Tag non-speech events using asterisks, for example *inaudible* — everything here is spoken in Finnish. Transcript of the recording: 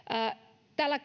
tällä *unintelligible*